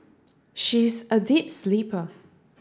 she is a deep sleeper